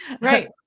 right